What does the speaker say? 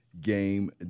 Game